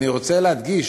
אני רוצה להדגיש